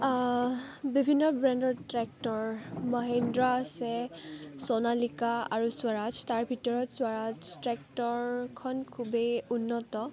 বিভিন্ন ব্ৰেণ্ডৰ ট্ৰেক্টৰ মহিন্দ্ৰা আছে চনালিকা আৰু স্বৰাজ তাৰ ভিতৰত স্বৰাজ ট্ৰেক্টৰখন খুবেই উন্নত